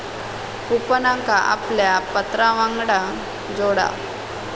कूपनका आपल्या पत्रावांगडान जोडा